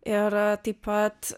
ir taip pat